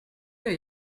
der